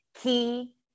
key